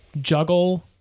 juggle